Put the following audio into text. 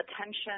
attention